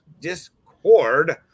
discord